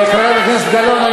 וחברת הכנסת גלאון,